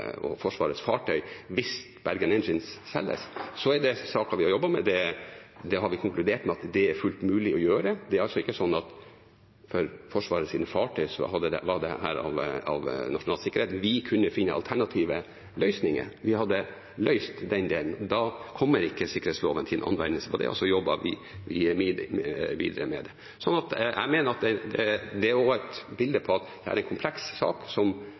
Forsvarets fartøy hvis Bergen Engines selges, er dette saken vi har jobbet med. Det har vi konkludert med at det er fullt mulig å gjøre. Det er altså ikke sånn at for Forsvarets fartøy var dette av nasjonal sikkerhet. Vi kunne finne alternative løsninger. Vi hadde løst den delen. Da kommer ikke sikkerhetsloven til anvendelse på det, og så jobbet vi videre med det. Jeg mener at det er et bilde på at dette er en kompleks sak som